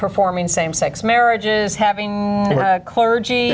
performing same sex marriages having clergy